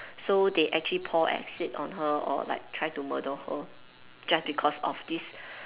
so they actually pour acid on her or like try to murder her just because of this